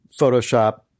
Photoshop